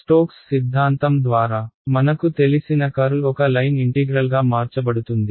Stokes సిద్ధాంతం ద్వారా మనకు తెలిసిన కర్ల్ ఒక లైన్ ఇంటిగ్రల్గా మార్చబడుతుంది